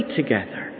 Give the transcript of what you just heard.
together